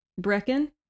Brecken